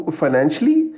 financially